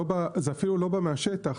זה אפילו לא בא מהשטח,